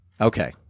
okay